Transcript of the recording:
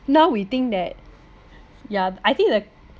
now we think that yeah I think the